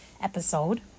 episode